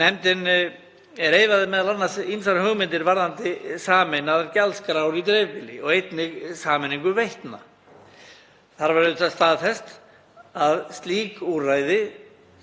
Nefndin reifaði m.a. ýmsar hugmyndir varðandi sameinaðar gjaldskrár í dreifbýli og einnig sameiningu veitna. Þar var auðvitað staðfest að slík úrræði